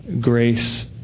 grace